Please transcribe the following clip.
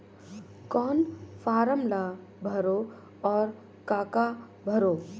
कौन फारम ला भरो और काका भरो?